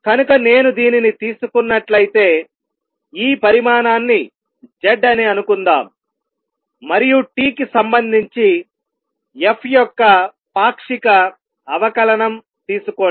కనుక నేను దీనిని తీసుకున్నట్లయితే ఈ పరిమాణాన్ని z అని అనుకుందాం మరియు t కి సంబంధించి f యొక్క పాక్షిక అవకలనం తీసుకోండి